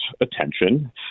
attention